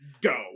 go